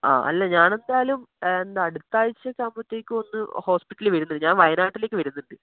ആ അല്ല ഞാൻ എന്തായാലും എന്താ അടുത്താഴ്ച്ച ഒക്കെ ആകുമ്പത്തേക്കും ഒന്ന് ഹോസ്പിറ്റലിൽ വരുന്നുണ്ട് ഞാൻ വയനാട്ടിലേക്ക് വരുന്നുണ്ട്